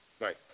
Right